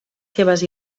seves